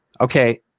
Okay